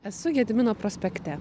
esu gedimino prospekte